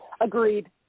Agreed